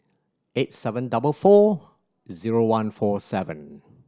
eight seven double four zero one four seven